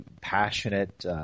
passionate